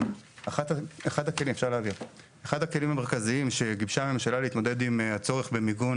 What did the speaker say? אחד הכלים המרכזיים שגיבשה הממשלה להתמודד עם הצורך במיגון